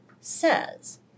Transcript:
says